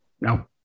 no